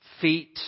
feet